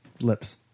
lips